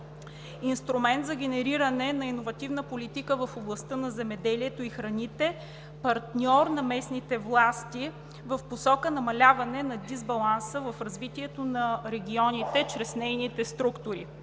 инструмент за генериране на иновативна политика в областта на земеделието и храните, партньор на местните власти в посока намаляване на дисбаланса в развитието на регионите чрез нейните структури.